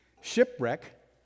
shipwreck